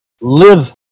live